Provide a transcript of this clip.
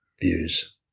views